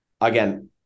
Again